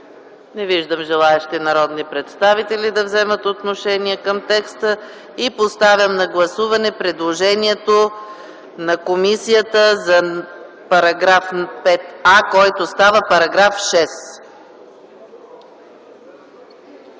Не виждам желаещи народни представители да вземат отношение към текста. Поставям на гласуване предложението на комисията за § 5а, който става § 6.